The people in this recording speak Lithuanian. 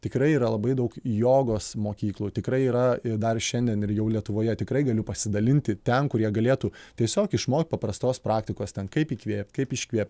tikrai yra labai daug jogos mokyklų tikrai yra ir dar šiandien ir jau lietuvoje tikrai galiu pasidalinti ten kur jie galėtų tiesiog išmokt paprastos praktikos ten kaip įkvėpt kaip iškvėpt